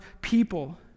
people